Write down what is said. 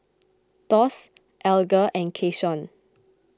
Thos Alger and Keyshawn